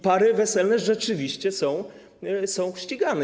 Pary weselne rzeczywiście są ścigane.